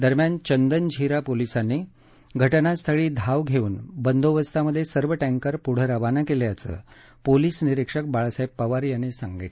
दरम्यान चंदनझिरा पोलिसांनी घटनास्थळी धाव घेऊन बंदोबस्तामध्ये सर्व टॅंकर पुढं रवाना केल्याचं पोलीस निरीक्षक बाळासाहेब पवार यांनी सांगितलं